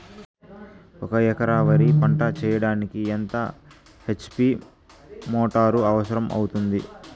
ఒక ఎకరా వరి పంట చెయ్యడానికి ఎంత హెచ్.పి మోటారు అవసరం అవుతుంది?